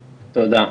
תודה,